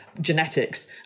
genetics